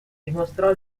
dimostrò